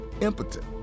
impotent